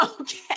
Okay